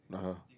(uh huh)